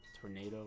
tornado